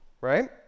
right